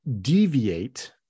deviate